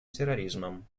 терроризмом